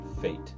Fate